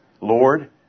Lord